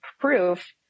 proof